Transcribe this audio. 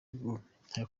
guheka